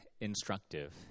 instructive